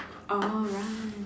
orh right